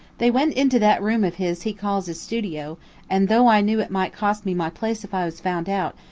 they went into that room of his he calls his studio and though i knew it might cost me my place if i was found out,